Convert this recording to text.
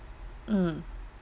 mm